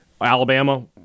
Alabama